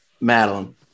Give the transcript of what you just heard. Madeline